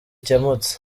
gikemutse